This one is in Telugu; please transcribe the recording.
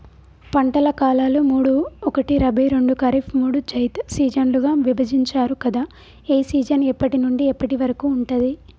పంటల కాలాలు మూడు ఒకటి రబీ రెండు ఖరీఫ్ మూడు జైద్ సీజన్లుగా విభజించారు కదా ఏ సీజన్ ఎప్పటి నుండి ఎప్పటి వరకు ఉంటుంది?